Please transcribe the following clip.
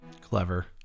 Clever